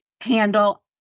handle